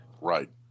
Right